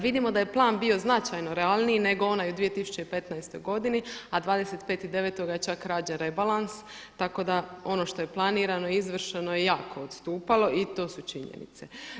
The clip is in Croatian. Vidimo da je plan bio značajno realniji nego onaj u 2015. godini, a 25.9. je čak rađen rebalans, tako da ono što je planirano izvršeno je jako odstupalo i to su činjenice.